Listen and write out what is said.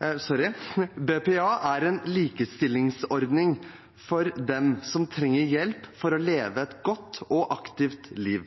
hjelp for å leve et godt og aktivt liv.